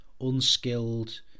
unskilled